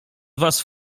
was